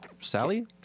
Sally